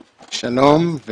שלום.